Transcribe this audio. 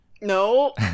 No